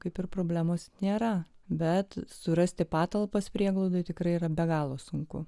kaip ir problemos nėra bet surasti patalpas prieglaudoje tikrai yra be galo sunku